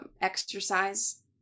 exercise